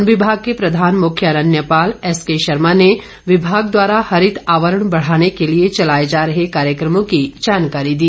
one विभाग के प्रधान मुख्य अरण्यपाल एसके शर्मा ने विभाग द्वारा हरित आवरण बढ़ाने के लिए चलाए जा रहे कार्यक्रमों की जानकारी दी